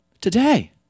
today